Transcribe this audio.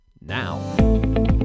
now